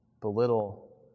belittle